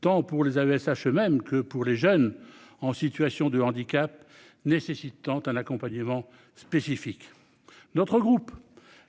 tant pour les AESH eux-mêmes que pour les jeunes en situation de handicap nécessitant un accompagnement spécifique. Notre groupe